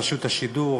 רשות השידור,